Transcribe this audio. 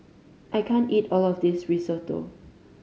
I can't eat all of this Risotto